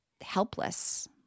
helpless